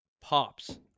pops